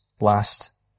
last